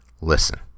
Listen